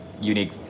unique